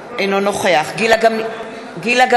אינו נוכח גילה גמליאל,